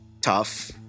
tough